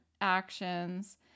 actions